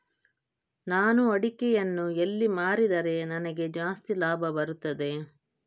ನಾನು ಅಡಿಕೆಯನ್ನು ಎಲ್ಲಿ ಮಾರಿದರೆ ನನಗೆ ಜಾಸ್ತಿ ಲಾಭ ಬರುತ್ತದೆ?